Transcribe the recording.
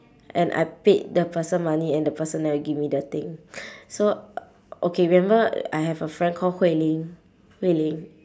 and I paid the person money and the person never give me the thing so okay remember I have a friend call hui ling